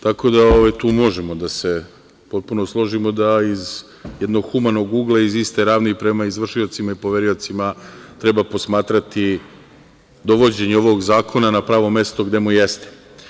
Tako da tu možemo da se složimo da iz jednog humanog ugla, iz iste ravni prema izvršiocima i poveriocima treba posmatrati dovođenje ovog zakona na pravo mesto gde mu jeste.